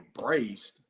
embraced